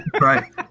right